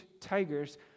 tigers